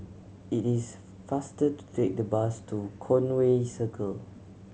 it is faster to take the bus to Conway Circle